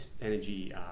energy